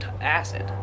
Acid